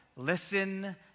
Listen